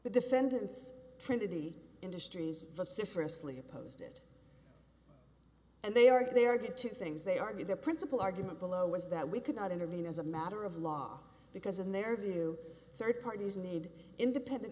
the defendants twenty industries vociferously opposed it and they are there get two things they argue the principle argument below was that we could not intervene as a matter of law because in their view third parties need independent